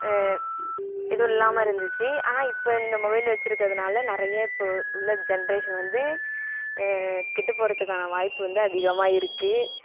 எதுவும் இல்லாமல் இருந்துச்சு ஆனால் இப்போ இந்த மொபைல் வச்சுருக்கதுனால நிறைய இப்போ உள்ளே ஜென்ரேஷன் வந்து கெட்டுப்போகறதுக்கான வாய்ப்பு வந்து அதிகமாக இருக்கு